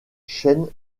chaînes